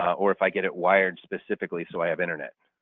or if i get it wired specifically so i have internet,